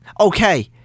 Okay